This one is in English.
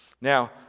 Now